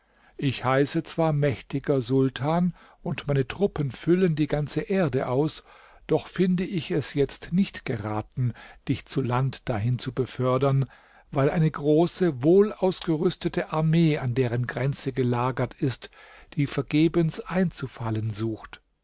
ich heiße zwar mächtiger sultan und meine truppen füllen die ganze erde aus doch finde ich es jetzt nicht geraten dich zu land dahin zu befördern weil eine große wohlausgerüstete armee an deren grenze gelagert ist die vergebens einzufallen sucht